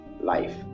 LIFE